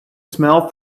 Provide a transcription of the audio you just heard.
smell